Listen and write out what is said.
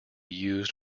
used